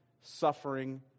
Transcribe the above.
suffering